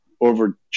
over